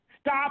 Stop